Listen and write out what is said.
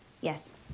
Yes